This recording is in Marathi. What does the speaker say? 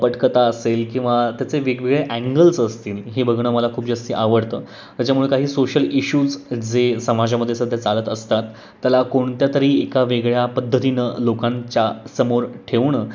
पटकथा असेल किंवा त्याचे वेगवेगळे अँगल्स असतील हे बघणं मला खूप जास्ती आवडतं त्याच्यामुळे काही सोशल इश्यूज जे समाजामध्ये सध्या चालत असतात त्याला कोणत्यातरी एका वेगळ्या पद्धतीनं लोकांच्या समोर ठेवणं